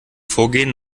vorgehen